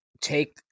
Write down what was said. take